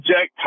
Jack